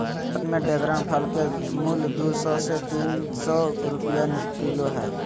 भारत में ड्रेगन फल के मूल्य दू सौ से तीन सौ रुपया किलो हइ